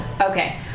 Okay